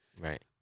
Right